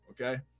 okay